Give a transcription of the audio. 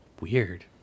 Weird